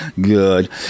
Good